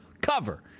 Cover